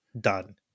done